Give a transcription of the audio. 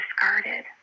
discarded